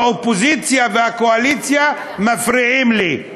האופוזיציה והקואליציה מפריעות לי.